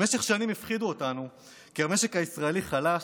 במשך השנים הפחידו אותנו כי המשק הישראלי חלש,